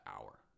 hour